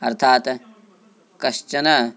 अर्थात् कश्चन